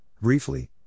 briefly